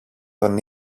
τον